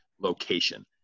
location